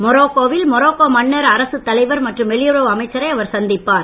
மொராக்கோவில் மொராக்கோ மன்னர் அரசுத் தலைவர் மற்றும் வெளியுறவு அமைச்சரை அவர் சந்திப்பார்